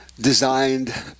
designed